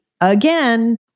again